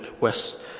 West